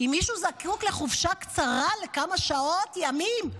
אם מישהו זקוק לחופשה קצרה לכמה שעות, ימים,